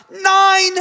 nine